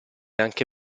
anche